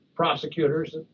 prosecutors